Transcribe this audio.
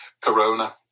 corona